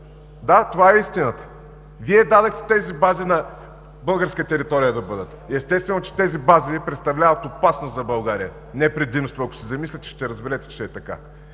Да, това е истината! Вие дадохте тези бази да бъдат на българска територия. Естествено, тези бази представляват опасност за България, не предимство. Ако се замислите, ще разберете, че е така.